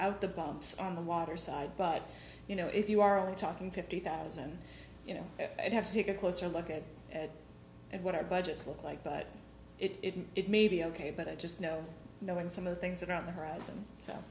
out the bumps on the water side but you know if you are only talking fifty thousand you know i'd have to take a closer look at what our budgets look like but it may be ok but i just know knowing some of the things that are on the horizon so